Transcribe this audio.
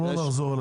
לא נחזור.